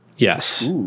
Yes